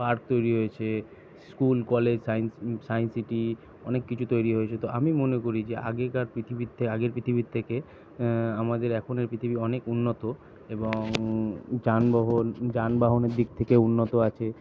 park তৈরি হয়েছে school college science science city অনেক কিছু তৈরি হয়েছে তো আমি মনে করি যে আগেকার পৃথিবীর থেকে আগের পৃথিবীর থেকে আমাদের এখনের পৃথিবী অনেক উন্নত এবং যানবাহন যানবাহনের দিক থেকে উন্নত আছে